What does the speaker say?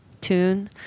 tune